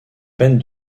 peine